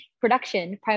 production